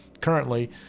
Currently